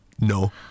no